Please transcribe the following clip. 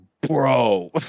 bro